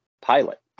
pilot